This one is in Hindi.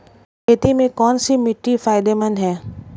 खेती में कौनसी मिट्टी फायदेमंद है?